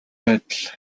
байдал